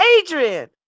Adrian